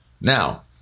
Now